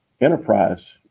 enterprise